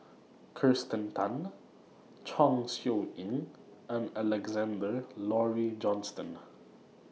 Kirsten Tan Chong Siew Ying and Alexander Laurie Johnston